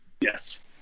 Yes